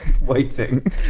waiting